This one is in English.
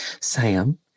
Sam